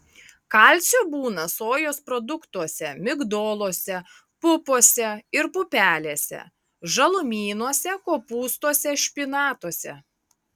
kalcio būna sojos produktuose migdoluose pupose ir pupelėse žalumynuose kopūstuose špinatuose